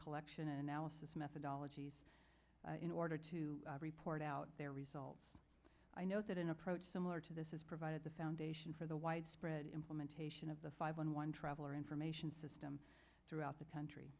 collection analysis methodologies in order to report out their results i know that an approach similar to this has provided the foundation for the widespread implementation of the five on one traveler information system throughout the country